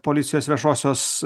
policijos viešosios